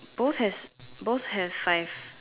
both has both have five